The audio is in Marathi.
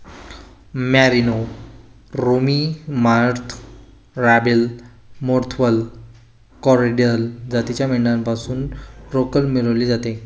मरिनो, रोमी मार्श, रॅम्बेल, पोलवर्थ, कॉरिडल जातीच्या मेंढ्यांपासून लोकर मिळवली जाते